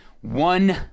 one